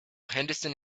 henderson